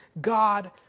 God